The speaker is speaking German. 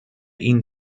ihnen